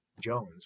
Jones